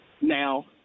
Now